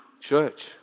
Church